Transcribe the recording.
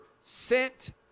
sent